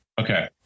okay